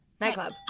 Nightclub